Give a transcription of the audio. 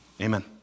Amen